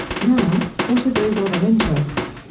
now, what are those other interests?